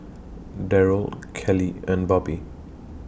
Derrell Kelly and Bobby